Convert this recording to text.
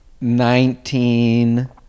Nineteen